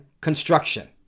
construction